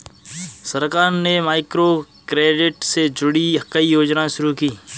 सरकार ने माइक्रोक्रेडिट से जुड़ी कई योजनाएं शुरू की